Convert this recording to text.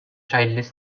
childless